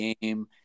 game